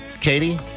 Katie